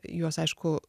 juos aišku